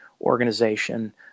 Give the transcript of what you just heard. organization